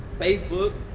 facebook.